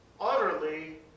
utterly